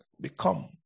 become